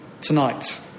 tonight